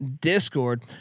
Discord